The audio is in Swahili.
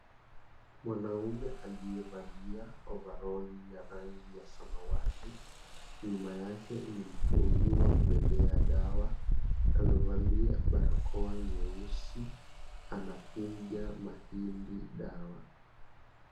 Mwanaume aliyevalia ovaroli ya rangi ya samawati, nyuma yake ni mtungi wa kubebea dawa, amevalia barakoa nyeusi, anapiga mahindi dawa.